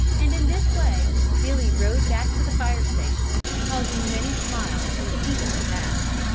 and in this way billy rode back to the fire station, causing many smiles from the people they passed.